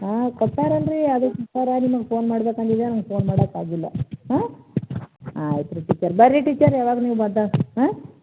ಹಾಂ ತರ್ತಾರೆ ಅಲ್ಲರಿ ಅದು ತರ್ತಾರೆ ನಿಮಗೆ ಫೋನ್ ಮಾಡ್ಬೇಕು ಅಂದಿದ್ದೆ ನಂಗೆ ಫೋನ್ ಮಾಡೋಕೆ ಆಗಿಲ್ಲ ಹಾಂ ಆಯ್ತು ರೀ ಸರಿ ಬರ್ರಿ ಟೀಚರ್ ಯಾವಾಗ ನೀವು ಬಂದಾಗ